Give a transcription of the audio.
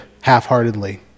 half-heartedly